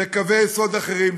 אלה קווי יסוד אחרים,